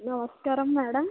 నమస్కారం మేడం